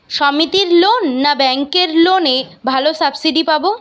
সমিতির লোন না ব্যাঙ্কের লোনে ভালো সাবসিডি পাব?